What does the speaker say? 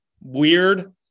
Weird